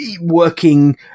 working